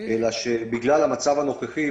אלא שבגלל המצב הנוכחי,